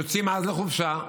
יוצאים לחופשה.